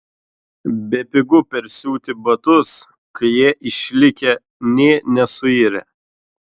bepigu persiūti batus kai jie išlikę nė nesuirę